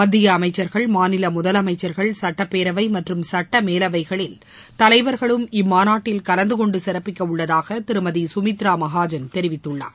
மத்திய அமைச்சர்கள் மாநில முதலமைச்சர்கள் சட்டப்பேரவை மற்றும் சுட்ட மேலவைகளில் தலைவர்களும் இம்மாநாட்டில் கலந்துகொணடு சிறப்பிக்க உள்ளதாக திருமதி சுமித்ரா மகாஜன் தெரிவித்துள்ளார்